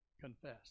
confess